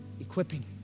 equipping